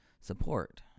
support